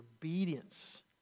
obedience